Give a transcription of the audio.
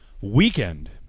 weekend